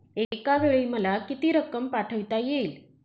एकावेळी मला किती रक्कम पाठविता येईल?